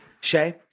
Shay